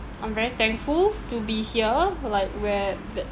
I'm very thankful to be here like where that